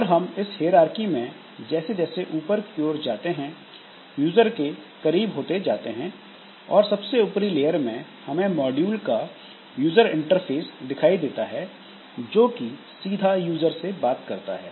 और हम इस हेयरआर्की में जैसे जैसे ऊपर की ओर जाते हैं यूजर के करीब होते जाते हैं और सबसे ऊपरी लेयर में हमें मॉड्यूल का यूजर इंटरफेस दिखाई देता है जो कि सीधा यूजर से बात करता है